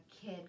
kid